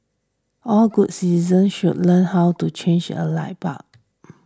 all good citizens should learn how to change a light bulb